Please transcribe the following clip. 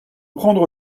prendre